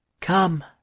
Come